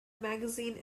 magazine